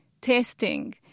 testing